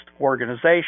organization